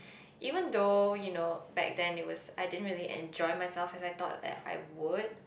even though you know back then it was I didn't really enjoy myself as I thought that I would